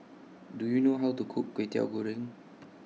Do YOU know How to Cook Kway Teow Goreng